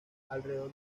alrededor